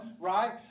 right